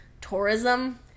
tourism